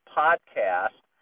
podcast